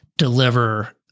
deliver